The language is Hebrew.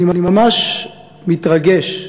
אני ממש מתרגש,